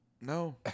No